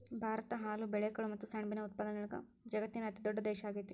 ಭಾರತ ಹಾಲು, ಬೇಳೆಕಾಳು ಮತ್ತ ಸೆಣಬಿನ ಉತ್ಪಾದನೆಯೊಳಗ ವಜಗತ್ತಿನ ಅತಿದೊಡ್ಡ ದೇಶ ಆಗೇತಿ